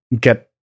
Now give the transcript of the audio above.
get